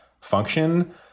function